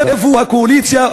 איפה הקואליציה?